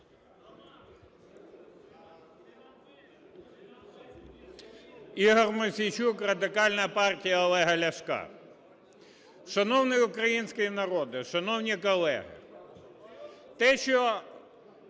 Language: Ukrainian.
Ігор Мосійчук, Радикальна партія Олега Ляшка. Шановний український народе, шановні колеги! Те, що